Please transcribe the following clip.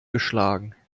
geschlagen